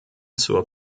zur